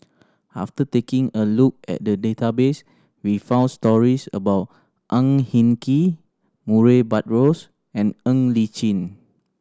after taking a look at the database we found stories about Ang Hin Kee Murray Buttrose and Ng Li Chin